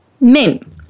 men